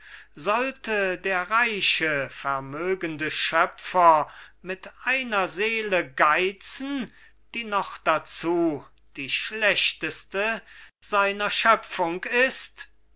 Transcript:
sollte der reiche vermögende schöpfer mit einer seele geizen die noch dazu die schlechteste seiner schöpfung ist